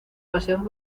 paseos